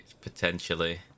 potentially